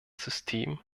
system